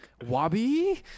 Wabi